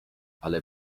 ale